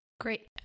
Great